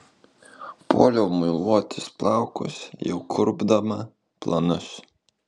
puoliau muiluotis plaukus jau kurpdama planus